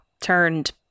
Turned